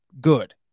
good